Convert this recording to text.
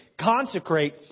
consecrate